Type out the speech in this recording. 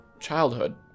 childhood